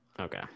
Okay